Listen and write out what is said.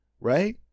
right